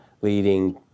leading